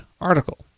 article